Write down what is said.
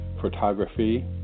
photography